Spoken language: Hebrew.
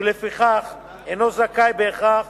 ולפיכך אינו זכאי בהכרח